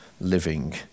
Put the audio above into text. living